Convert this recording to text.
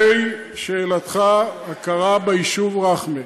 לשאלתך על הכרה ביישוב רח'מה: